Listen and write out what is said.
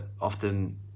often